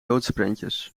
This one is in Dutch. doodsprentjes